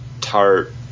tart